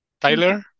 Tyler